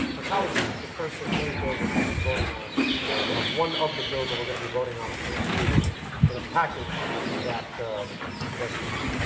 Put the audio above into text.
my colleague, this is the first of many bills that we'll be voting on or ah one of the bills that we'll be voting on which is included in a package that that the